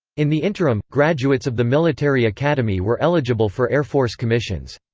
in the interim, graduates of the military academy were eligible for air force commissions.